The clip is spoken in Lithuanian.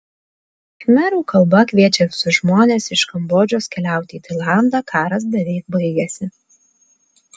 khmerų kalba kviečia visus žmones iš kambodžos keliauti į tailandą karas beveik baigėsi